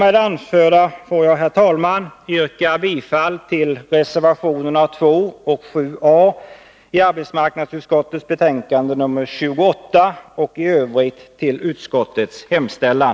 Med det anförda ber jag, herr talman, att få yrka bifall till reservationerna 2 och 7a i arbetsmarknadsutskottets betänkande nr 28 och i övrigt till utskottets hemställan.